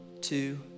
two